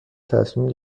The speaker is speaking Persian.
تصمیم